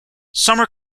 summer